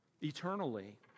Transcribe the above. eternally